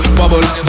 bubble